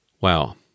Wow